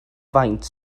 faint